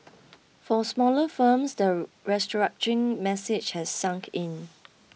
for smaller firms the restructuring message has sunk in